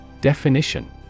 Definition